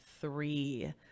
three